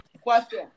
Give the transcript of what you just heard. Question